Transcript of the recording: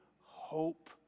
hope